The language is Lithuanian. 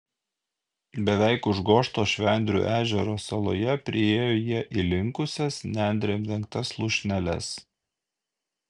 beveik užgožto švendrių ežero saloje priėjo jie įlinkusias nendrėm dengtas lūšneles